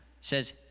says